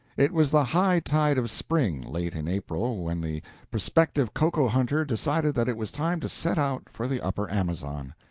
it was the high-tide of spring, late in april, when the prospective cocoa-hunter decided that it was time to set out for the upper amazon.